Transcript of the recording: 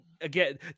again